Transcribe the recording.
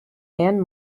anne